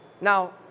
Now